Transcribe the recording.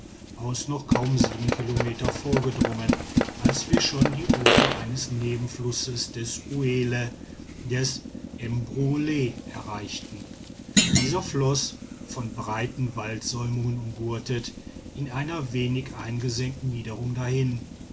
aus noch kaum sieben kilometer vorgedrungen als wir schon die ufer eines nebenflusses des uelle des mbruole erreichten dieser floß von breiten waldsäumen umgürtet in einer wenig eingesenkten niederung dahin